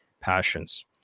passions